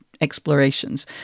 explorations